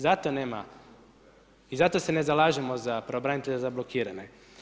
Zato nema i zato se ne zalažemo za pravobranitelje za blokirane.